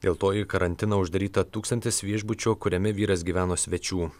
dėl to į karantiną uždaryta tūkstantis viešbučio kuriame vyras gyveno svečių